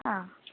ആ